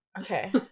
Okay